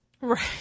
Right